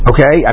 Okay